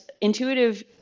intuitive